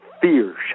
Fear